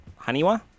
Haniwa